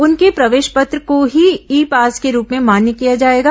उनके प्रवेश पत्र को ही ई पास के रूप में मान्य किया जाएगा